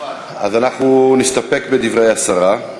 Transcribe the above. אז אנחנו נסתפק בדברי השרה.